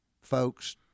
folks